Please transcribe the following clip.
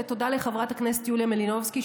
ותודה לחברת הכנסת יוליה מלינובסקי,